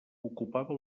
ocupava